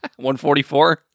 144